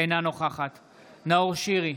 אינה נוכחת נאור שירי,